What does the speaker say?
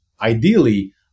ideally